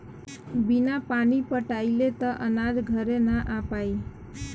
बिना पानी पटाइले त अनाज घरे ना आ पाई